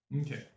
okay